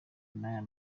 n’aya